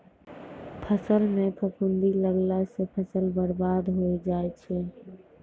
फसल म फफूंदी लगला सँ फसल बर्बाद होय जाय छै